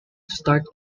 start